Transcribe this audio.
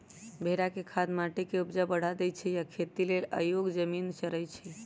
भेड़ा के खाद माटी के ऊपजा बढ़ा देइ छइ आ इ खेती लेल अयोग्य जमिन चरइछइ